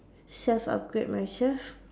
self upgrade myself